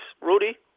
Rudy